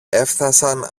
έφθασαν